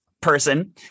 person